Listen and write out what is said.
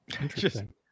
Interesting